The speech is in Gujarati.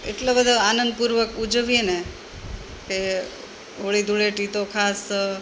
એટલો બધો આનંદપૂર્વક ઉજવીએને તે હોળી ધૂળેટી તો ખાસ